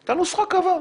את הנוסחה הוא קבע.